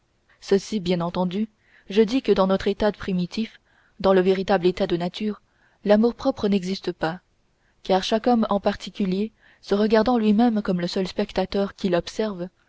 ceci bien entendu je dis que dans notre état primitif dans le véritable état de nature l'amour-propre n'existe pas car chaque homme en particulier se regardant lui-même comme le seul spectateur qui l'observe